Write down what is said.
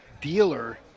dealer